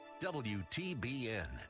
WTBN